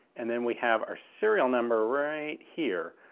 and then we have our serial number right here,